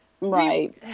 Right